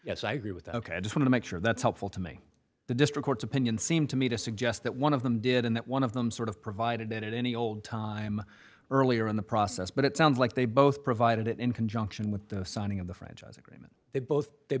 yes i agree with the ok i just want to make sure that's helpful to me the district court's opinion seemed to me to suggest that one of them did and that one of them sort of provided that any old time earlier in the process but it sounds like they both provided it in conjunction with the signing of the franchise agreement they both they